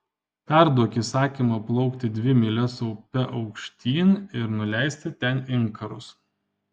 perduok įsakymą plaukti dvi mylias upe aukštyn ir nuleisti ten inkarus